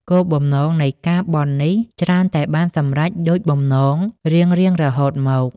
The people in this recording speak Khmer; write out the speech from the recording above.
គោលបំណងនៃការបន់នេះច្រើនតែបានសម្រេចដូចបំណងរៀងៗរហូតមក ។